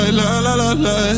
la-la-la-la